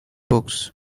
books